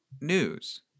news